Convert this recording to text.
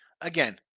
again